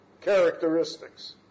characteristics